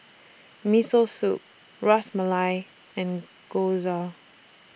Miso Soup Ras Malai and Gyoza